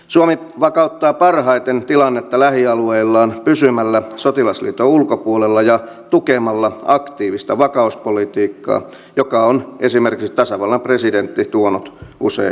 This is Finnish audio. suomi vakauttaa parhaiten tilannetta lähialueillaan pysymällä sotilasliiton ulkopuolella ja tukemalla aktiivista vakauspolitiikkaa jota on esimerkiksi tasavallan presidentti tuonut usein esille